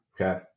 Okay